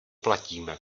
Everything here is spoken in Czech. platíme